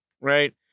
right